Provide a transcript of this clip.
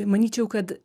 manyčiau kad